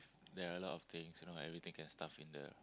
there are a lot of things you know everything can stuff in the